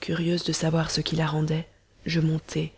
curieuse de savoir ce qui la rendait je montai